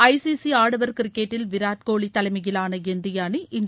ஐ C C ஆடவர் கிரிக்கெட்டில் விராட் கோலி தலைமையிலாள இந்திய அணி இன்று